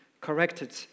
corrected